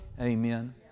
Amen